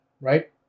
right